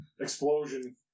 Explosion